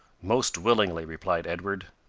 most willingly, replied edward.